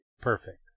perfect